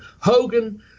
Hogan